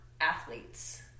athletes